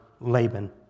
Laban